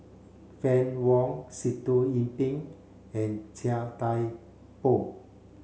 Fann Wong Sitoh Yih Pin and Chia Thye Poh